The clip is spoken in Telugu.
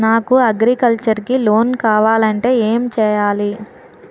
నాకు అగ్రికల్చర్ కి లోన్ కావాలంటే ఏం చేయాలి?